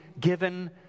given